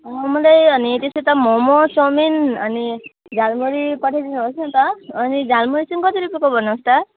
मोमोले अनि त्यस्तै त मोमो चाउमिन अनि झालमुरी पठाइदिनु होस् न त अनि झालमुरी चाहिँ कति रुपियाँको बनाउँछ